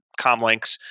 comlinks